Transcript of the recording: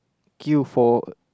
queue for